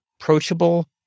approachable